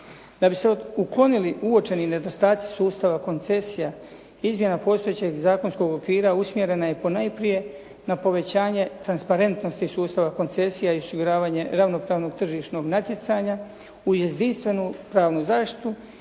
Da bi se uklonili uočeni nedostatci sustava koncesija izmjena postojećeg zakonskog okvira usmjerena je ponajprije na povećanje transparentnosti sustava koncesija i osiguravanje ravnopravnog tržišnog natjecanja u jedinstvenu pravnu zaštitu